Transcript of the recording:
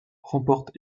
remporte